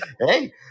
Hey